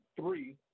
Three